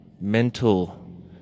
mental